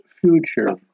future